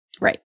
Right